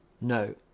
No